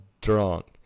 drunk